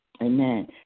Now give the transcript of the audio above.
Amen